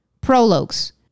Prologues